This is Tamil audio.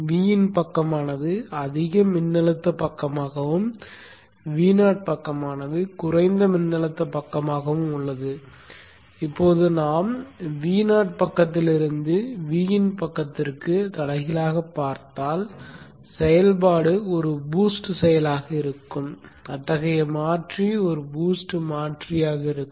Vin பக்கமானது அதிக மின்னழுத்த பக்கமாகவும் Vo பக்கமானது குறைந்த மின்னழுத்த பக்கமாகவும் உள்ளது இப்போது நாம் Vo பக்கத்திலிருந்து Vin பக்கத்திற்கு தலைகீழாகப் பார்த்தால் செயல்பாடு ஒரு பூஸ்ட் செயலாக இருக்கும் அத்தகைய மாற்றி ஒரு பூஸ்ட் மாற்றியாக இருக்கும்